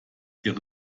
ihre